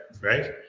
Right